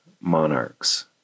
monarchs